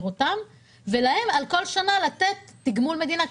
אותם ולהם על כל שנה לתת תגמול מדינה.